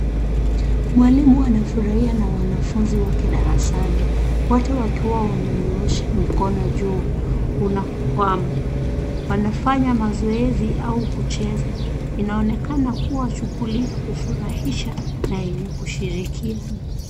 Mwalimu anafurahia na wanafunzi wake darasani, wote wakiwa wananyoosha mikono juu kuna kwamu. Wanafanya mazoezi au kucheza. Inaonekana kua shughuli ya kufurahisha na yenye kushirikiana.